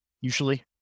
usually